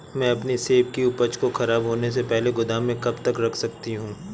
मैं अपनी सेब की उपज को ख़राब होने से पहले गोदाम में कब तक रख सकती हूँ?